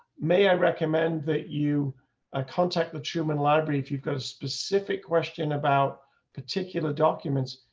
may i recommend that you ah contact the human library. if you've got a specific question about particular documents,